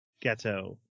Ghetto